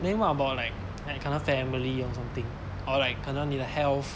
then what about like family or something or like 可能你的 health